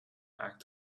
act